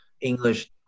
English